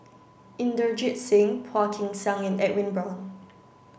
Inderjit Singh Phua Kin Siang and Edwin Brown